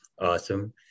Awesome